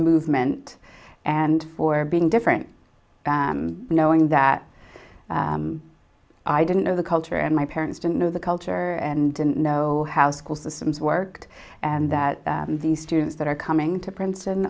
movement and for being different than knowing that i didn't know the culture and my parents didn't know the culture and didn't know how school systems worked and that the students that are coming to princeton